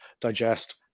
digest